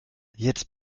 jetzt